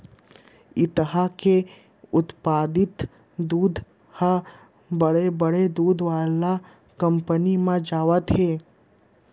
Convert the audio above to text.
इहां के उत्पादित दूद ह बड़े बड़े दूद वाला कंपनी म जावत हे